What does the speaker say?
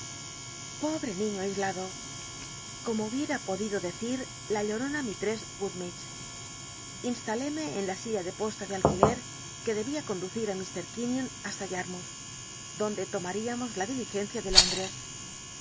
pobre niiío aislado como hubiera podido detcss gummidgc inslalémc en cir la llorona misl la silla de posta de al niler que debia conducir í ilr quinion hasta y ll'llioulh donde tomaríamos la diligencia de londres